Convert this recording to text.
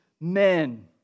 men